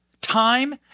time